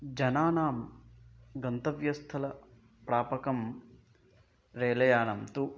जनानां गन्तव्यस्थलप्रापकं रेलयानं तु